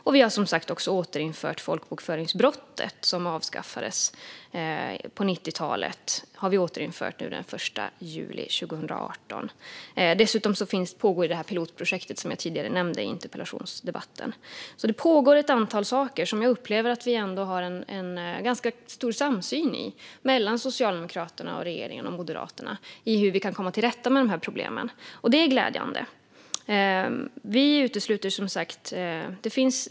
Den 1 juli 2018 återinförde vi som sagt också folkbokföringsbrottet, som avskaffades på 90-talet. Dessutom pågår det pilotprojekt som jag nämnde tidigare i interpellationsdebatten. Det pågår alltså ett antal saker där jag upplever att vi har ganska stor samsyn mellan den socialdemokratiska regeringen och Moderaterna om hur vi kan komma till rätta med problemen, och detta är glädjande.